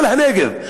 בכל הנגב,